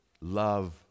love